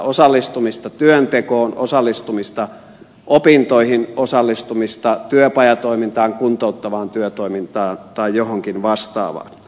osallistumista työntekoon osallistumista opintoihin osallistumista työpajatoimintaan kuntouttavaan työtoimintaan tai johonkin vastaavaan